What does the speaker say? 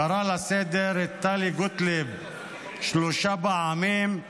קרא לסדר את טלי גוטליב שלוש פעמים.